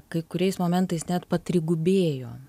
kai kuriais momentais net patrigubėjo